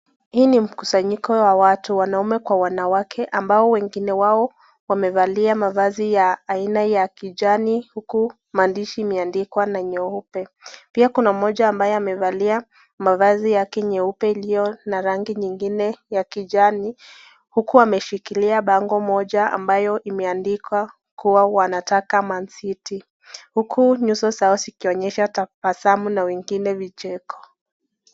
Hii ni mkusanyiko wa watu, wanaume Kwa wanawake, ambao wengine wao wamevalia mavazi ya aina ya kijani. Huku maandishi imeandikwa na nyeupe. Pia Kuna moja ambayo amevalia mavazi yake nyeupe iliyo na rangi nyingine ya kijani, huku ameshikilia bango moja ambayo imeandikwa kuwa wanataka man city . Hujui nyuso zao zikionyesha tabasamu na wengine vicheko.